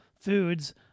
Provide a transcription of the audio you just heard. foods